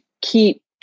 keep